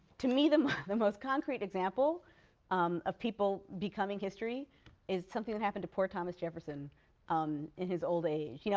to me, the most concrete example um of people becoming history is something that happened to poor thomas jefferson um in his old age. you know